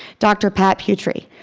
dr. pat putrie,